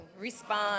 Respond